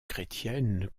chrétienne